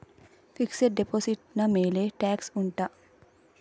fixed deposit ನ ಮೇಲೆ tax ಉಂಟಾ